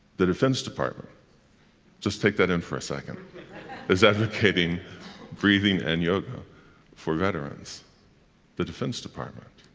the defense department just take that in for a second is advocating breathing and yoga for veterans the defense department.